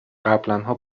قبلاًها